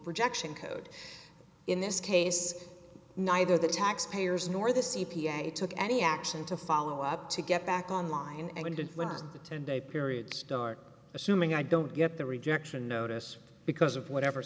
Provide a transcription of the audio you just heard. rejection code in this case neither the taxpayers nor the c p a took any action to follow up to get back on line and did the ten day period start assuming i don't get the rejection notice because of whatever